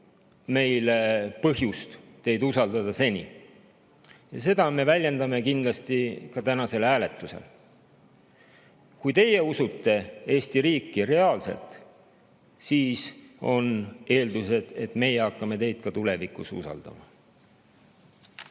seni põhjust teid usaldada. Ja seda me väljendame kindlasti ka tänasel hääletusel. Kui teie usute Eesti riiki reaalselt, siis on eeldus, et meie hakkame tulevikus ka teid usaldama.